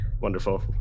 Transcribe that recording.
wonderful